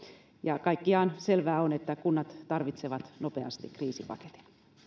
ja kaikkiaan selvää on että kunnat tarvitsevat nopeasti kriisipaketin